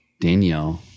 Danielle